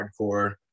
hardcore